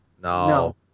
No